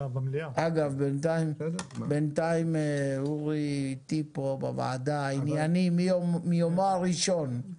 אגב בינתיים אורי אתי פה בוועדה ענייני מיומו הראשון,